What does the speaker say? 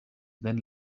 then